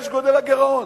יש גודל הגירעון.